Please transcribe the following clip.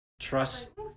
trust